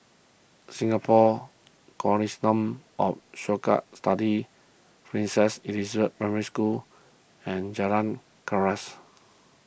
Singapore Consortium of Cohort Studies Princess Elizabeth Primary School and Jalan Unggas